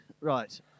Right